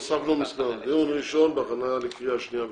דיון ראשון בהכנה לקריאה שנייה ושלישית.